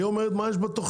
היא אומרת מה יש בתוכנית.